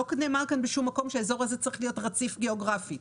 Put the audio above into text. לא נאמר בשום מקום שהאזור הזה צריך להיות רציף גיאוגרפית.